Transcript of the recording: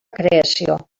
creació